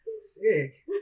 Sick